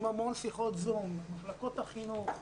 המון שיחות זום, מחלקות החינוך,